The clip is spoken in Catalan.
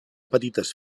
petites